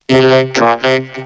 Electronic